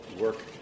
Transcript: work